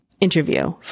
interview